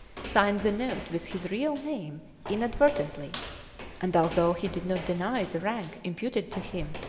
signed the note with his real name inadvertently and although he did not deny the rank imputed to him,